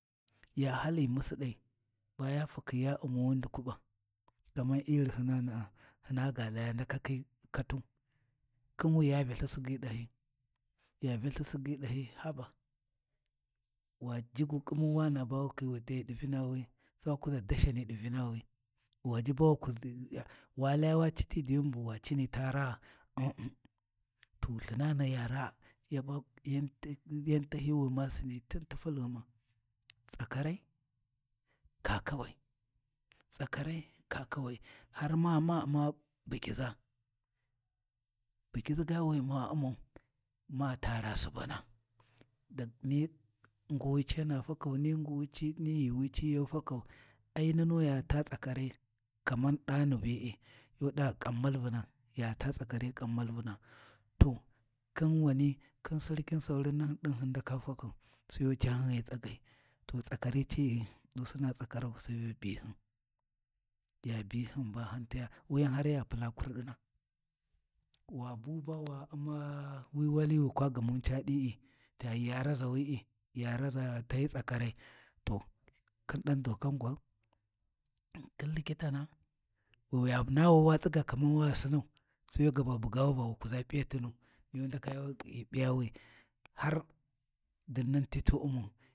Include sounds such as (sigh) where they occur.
Ya hal ghi musiɗai, ba ya fakhi ya U’mi wu ndukuɓa, kaman irin hyinana’a hina ga laya ndaka khi katu, khin wi ya Vya lthi Sigyi ɗahyi, ya Vya lthi Sigyi ɗahi haba waji gu ƙhimu wana ba wu khiyi wu t’ayi ɗi Vinawi sai wa kuʒa dashani ɗi Vinawi (unintelligible) wa laya wa citi diyuni bu wa cini ta raa umm-umm to lthinani ya raa yaba yan tahiyi wu ma sini tin tiful ghuma, tsakarai kakawai tsakarai kakawai, har ma ma U’ma bukiza, bukiʒi ga wi ma U’ma, ma tara subana di-ni nguwi cina fakai, ni nguwi ci, ni yuuwi ci ya fakau, ai nunu ya taa tsakarai kaman ni ɗani be’e, yu ɗa kan malvuna ya taa tsakari kan malvuna, to khin wani khin Sarki saurina nahin ɗin hin ndaka fakau, sai yu cahin ghi tsagi, to tsakari ci’i dusina tsakarau Sai yu bihin, ya bihun ba hun taya, wuyan har ya pula kurdina, wa bu ba wa u’ma wi wali wi kwa ghumuni ca ɗi’i taghi ya raʒawi’i, ya raʒa tahi tsakarai, to khin dan dokan gwan khin Likitana ba ya nawu wa tsiga keman wagha Sinau, sai ya gaba bugawi Va wu kuza p’iyatunu, yu ndaka ghi ɓiyawi har dinnan te tu umau.